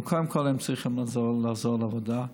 אבל קודם כול הם צריכים לחזור לעבודה.